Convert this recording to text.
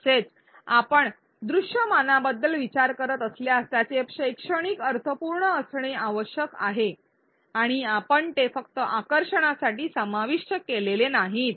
तसेच आपण दृश्यमानाबद्दल विचार करत असल्यास त्यांचे शैक्षणिक अर्थपूर्ण असणे आवश्यक आहे आणि आपण ते फक्त आकर्षणासाठी समाविष्ट केलेले नाहीत